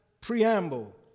preamble